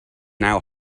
now